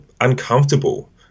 uncomfortable